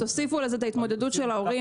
תוסיפו לזה את ההתמודדות של ההורים